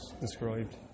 described